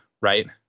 right